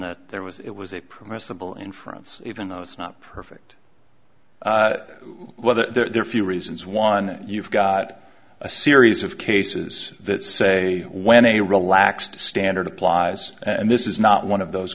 that there was it was a permissible inference even though it's not perfect well the there are few reasons one you've got a series of cases that say when a relaxed standard applies and this is not one of those